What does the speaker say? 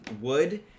wood